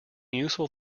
useful